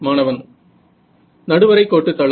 மாணவன் நடுவரை கோட்டு தளம்